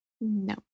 No